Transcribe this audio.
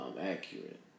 accurate